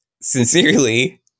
Sincerely